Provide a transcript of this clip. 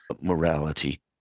morality